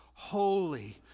Holy